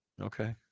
Okay